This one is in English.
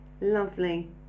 lovely